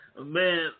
man